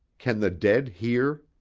can the dead hear?